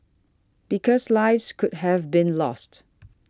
because lives could have been lost